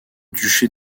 duché